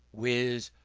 whiz,